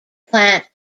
plant